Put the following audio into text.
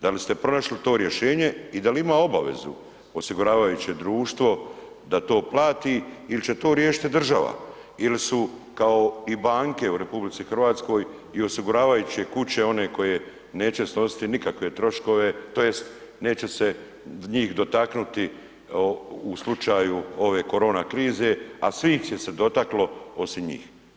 Da li ste pronašli to rješenje i da li ima obavezu osiguravajuće društvo da to plati il će to riješiti država il su kao i banke u RH i osiguravajuće kuće one koje neće snositi nikakve troškove tj. neće se njih dotaknuti u slučaju ove korona krize, a svih će se dotaklo osim njih?